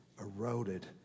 eroded